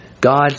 God